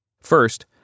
First